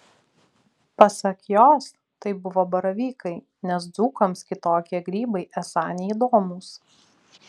pasak jos tai buvo baravykai nes dzūkams kitokie grybai esą neįdomūs